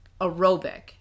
aerobic